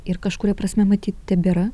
ir kažkuria prasme matyt tebėra